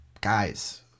guys